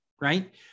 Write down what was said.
Right